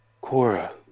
Cora